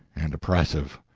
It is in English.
and oppressive.